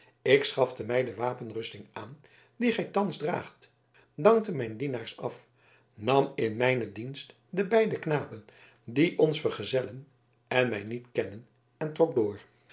ik schafte mij de wapenrusting aan die gij thans draagt dankte mijn dienaars af nam in mijnen dienst de beide knapen die ons vergezellen en mij niet kennen en trok door